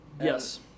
yes